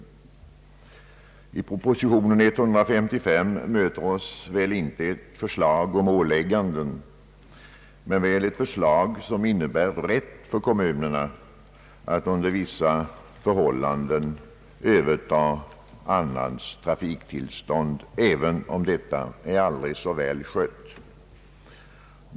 I propositionen nr 155 möter oss inte ett förslag om ålägganden men väl ett förslag som innebär rätt för kommunerna att under vissa förhållanden överta annans trafiktillstånd, även om företaget är aldrig så bra skött.